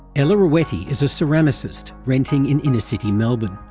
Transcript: ella reweti is a ceramicist renting in inner-city melbourne.